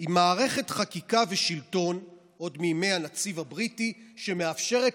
עם מערכת חקיקה ושלטון עוד מימי הנציב הבריטי שמאפשרת